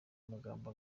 magambo